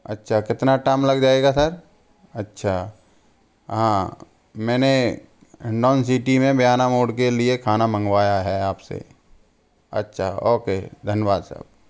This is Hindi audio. अच्छा कितना टाइम लग जाएगा सर अच्छा हाँ मैंने हिंडौन सिटी में बयाना मोड़ के लिए खाना मंगवाया है आपसे अच्छा ओके धन्यवाद साहब